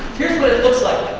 here's what it looks like.